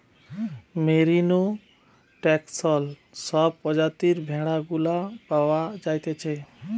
merino, Texel সব প্রজাতির ভেড়া গুলা পাওয়া যাইতেছে